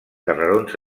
carrerons